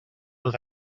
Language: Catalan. dos